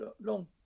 long